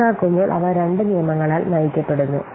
കണക്കാക്കുമ്പോൾ അവ രണ്ട് നിയമങ്ങളാൽ നയിക്കപ്പെടുന്നു